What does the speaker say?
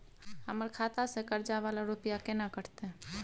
हमर खाता से कर्जा वाला रुपिया केना कटते?